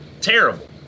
terrible